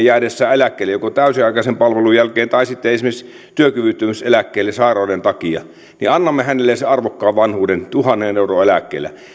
jäädessä eläkkeelle joko täysiaikaisen palvelun jälkeen tai esimerkiksi jäädessä työkyvyttömyyseläkkeelle sairauden takia arvokkaan vanhuuden tuhannen euron eläkkeellä